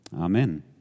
Amen